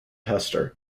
hester